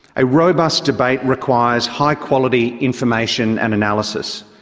a robust debate requires high-quality information and analysis.